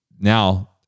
now